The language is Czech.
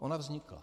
Ona vznikla.